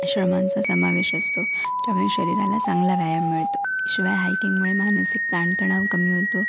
श्रमांचा समावेश असतो त्यामुळे शरीराला चांगला व्यायाम मिळतो शिवाय हायकिंगमुळे मानसिक ताणतणाव कमी होतो